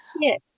Yes